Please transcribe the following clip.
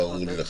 ברור לי.